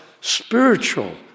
spiritual